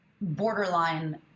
borderline